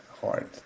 hard